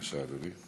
בבקשה, אדוני.